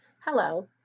Hello